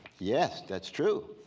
yes, that's true.